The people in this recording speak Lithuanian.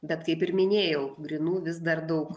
bet kaip ir minėjau grynų vis dar daug